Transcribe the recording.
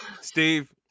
Steve